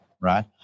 right